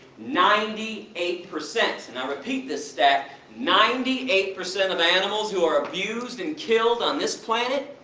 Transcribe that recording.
ninety eight percent! and i repeat this stat, ninety eight percent of animals who are abused and killed on this planet,